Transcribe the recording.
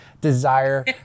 desire